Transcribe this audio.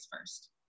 first